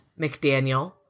McDaniel